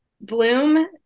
Bloom